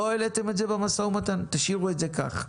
לא העליתם את זה במשא ומתן תשאירו את זה כך.